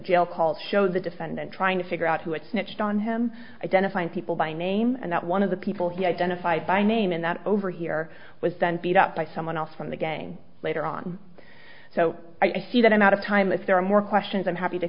jail calls show the defendant trying to figure out who it snitched on him identifying people by name and that one of the people he identified by name in that over here was then beat up by someone else from the gang later on so i see that i'm out of time if there are more questions i'm happy to